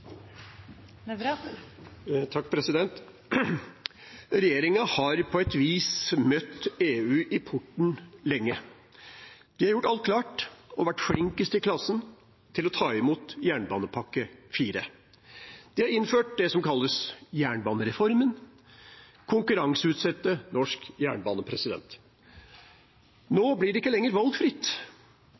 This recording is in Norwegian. har på et vis møtt EU i porten lenge. De har gjort alt klart og vært flinkest i klassen til å ta imot jernbanepakke 4. De har innført det som kalles jernbanereformen – å konkurranseutsette norsk jernbane. Nå blir det ikke lenger